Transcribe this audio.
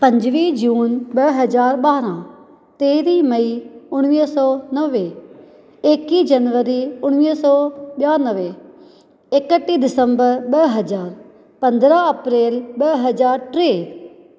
पंजुवीह जुन ॿ हज़ार ॿारहं तेरहं मई उणिवीह सौ नवे एकवीह जनवरी उणिवीह सौ ॿियानवे एकटीह दिसंबर ॿ हज़ार पंद्रहं अप्रैल ॿ हज़ार टे